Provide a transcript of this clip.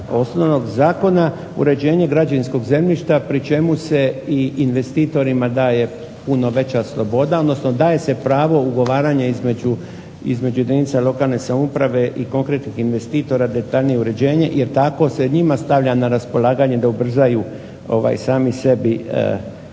osnovnog zakona uređenje građevinskog zemljišta pri čemu se i investitorima daje puno veća sloboda, odnosno daje se pravo ugovaranja između jedinica lokalne samouprave i konkretnih investitora detaljnije uređenje jer tako se njima stavlja na raspolaganje da ubrzaju sami sebi probleme.